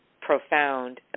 profound